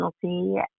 penalty